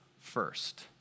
first